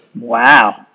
Wow